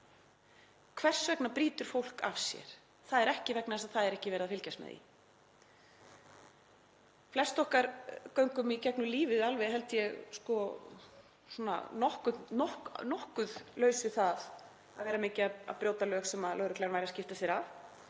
Hvers vegna brýtur fólk af sér? Það er ekki vegna þess að það er ekki verið að fylgjast með því. Flest okkar göngum í gegnum lífið nokkuð laus við það að vera mikið að brjóta lög sem lögreglan væri að skipta sér af,